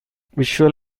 visual